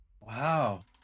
Wow